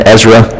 Ezra